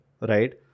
Right